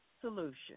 solution